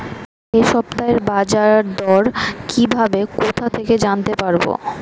এই সপ্তাহের বাজারদর কিভাবে কোথা থেকে জানতে পারবো?